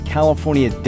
California